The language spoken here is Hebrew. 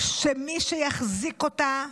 שמי שיחזיקו אותה,